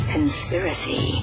Conspiracy